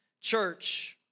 church